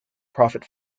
profit